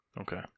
Okay